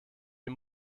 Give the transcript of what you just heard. die